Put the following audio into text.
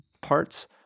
parts